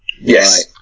Yes